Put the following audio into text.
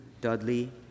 Dudley